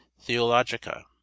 Theologica